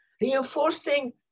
reinforcing